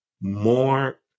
more